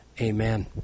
Amen